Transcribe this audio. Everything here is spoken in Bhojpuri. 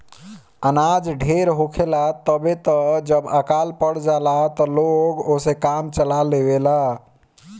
अनाज ढेर होखेला तबे त जब अकाल पड़ जाला त लोग ओसे काम चला लेवेला